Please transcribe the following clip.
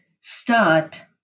start